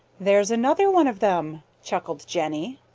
there's another one of them, chuckled jenny.